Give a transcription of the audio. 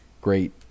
great